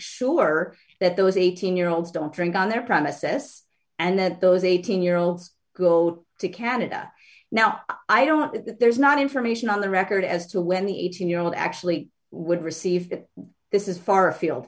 sure that those eighteen year olds don't drink on their promise s and that those eighteen year olds go to canada now i don't know that there's not information on the record as to when the eighteen year old actually would receive that this is far afield